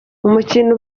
umukino